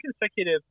consecutive